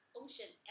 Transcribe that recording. ocean